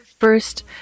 First